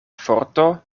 forto